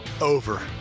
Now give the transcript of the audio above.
Over